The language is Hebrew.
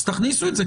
אז תכניסו את זה.